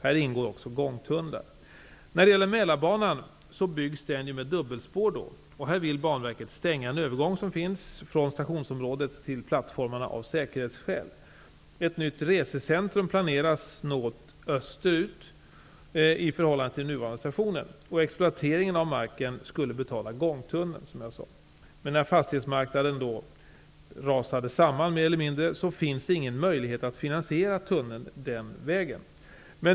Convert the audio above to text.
Häri ingår också gångtunnlar. Mälarbanan byggs med dubbelspår, och Banverket vill av säkerhetsskäl stänga en övergång från stationsområdet till plattformarna. Ett nytt resecentrum planeras något österut i förhållande till nuvarande stationer, och exploateringen av marken skulle, som jag sade, betala gångtunneln. Men när fastighetsmarknaden mer eller mindre rasade samman fanns det ingen möjlighet att finansiera tunneln den vägen.